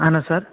اہن حظ سَر